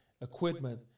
equipment